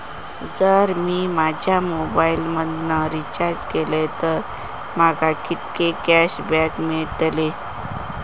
जर मी माझ्या मोबाईल मधन रिचार्ज केलय तर माका कितके कॅशबॅक मेळतले?